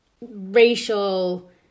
racial